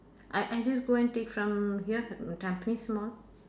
I I just go and take from here tampines mall